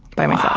by ah